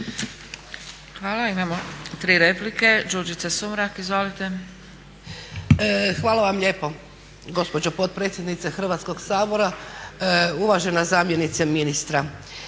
Hvala vam lijepo gospođo potpredsjednice Hrvatskog sabora. Uvažena zamjenice ministra